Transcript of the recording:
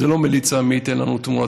זו לא מליצה: מי ייתן לנו תמורתו,